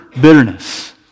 bitterness